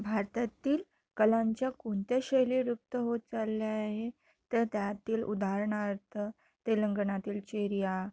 भारतातील कलांच्या कोणत्या शैली लुप्त होत चालल्या आहे तर त्यातील उदाहरणार्थ तेलंगणातील चेरियाल